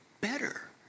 better